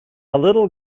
little